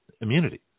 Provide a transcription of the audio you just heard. immunity